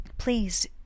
Please